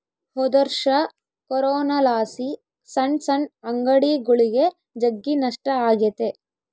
ಹೊದೊರ್ಷ ಕೊರೋನಲಾಸಿ ಸಣ್ ಸಣ್ ಅಂಗಡಿಗುಳಿಗೆ ಜಗ್ಗಿ ನಷ್ಟ ಆಗೆತೆ